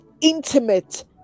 intimate